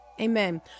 Amen